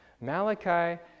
Malachi